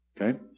Okay